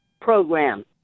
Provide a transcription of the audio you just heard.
program